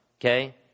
okay